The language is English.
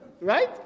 Right